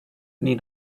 need